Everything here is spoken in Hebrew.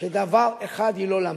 שדבר אחד היא לא למדה,